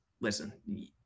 Listen